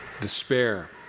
despair